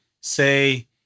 say